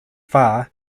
far